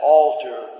altar